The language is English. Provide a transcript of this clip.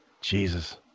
Jesus